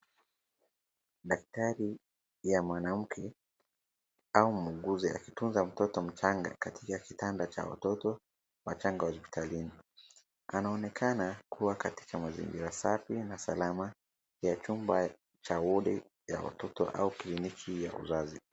Daktari ya mwanamke au muuguzi akitunza mtoto mchanga katika kitanda cha watoto wachanga hospitalini. Anaonekana kuwa katika mazingira safi na salama ya chumba cha wodi ya watoto au kliniki ya uzazi.